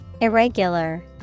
Irregular